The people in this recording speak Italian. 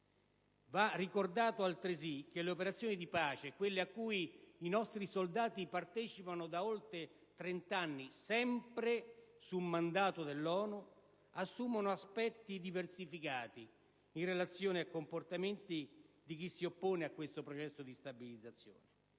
Va ricordato, altresì che le operazioni di pace, quelle a cui i nostri soldati partecipano da oltre 30 anni, sempre su mandato dell'ONU, assumono aspetti diversificati, in relazione a comportamenti di chi si oppone a questo processo di stabilizzazione.